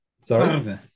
Sorry